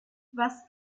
was